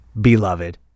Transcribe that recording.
beloved